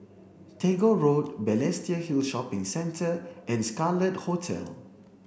Tagore Road Balestier Hill Shopping Centre and Scarlet Hotel